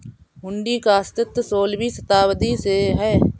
हुंडी का अस्तित्व सोलहवीं शताब्दी से है